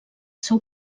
seu